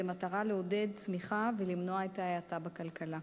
במטרה לעודד צמיחה ולמנוע את ההאטה בכלכלה.